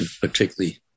particularly